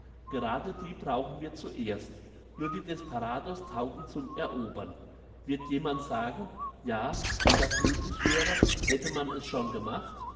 gerade die brauchen wir zuerst nur die desperados taugen zum erobern wird jemand sagen ja wenn das möglich wäre hätte man es schon gemacht